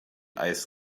eis